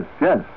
yes